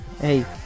Hey